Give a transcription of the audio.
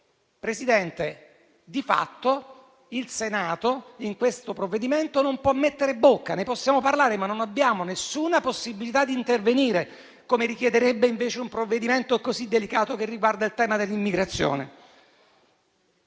Presidente, di fatto il Senato in questo provvedimento non può mettere bocca. Ne possiamo parlare, ma non abbiamo alcuna possibilità di intervenire come richiederebbe, invece, un provvedimento così delicato che riguarda il tema dell'immigrazione.